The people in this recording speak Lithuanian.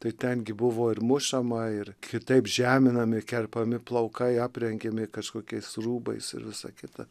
tai ten gi buvo ir mušama ir kitaip žeminami kerpami plaukai aprengiami kažkokiais rūbais ir visa kita